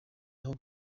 aho